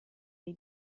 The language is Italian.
dei